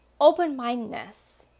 Open-mindedness